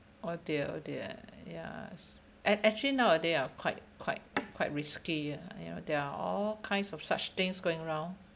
oh dear oh dear ya act~ actually nowadays ah quite quite quite risky ah you know there are all kinds of such things going round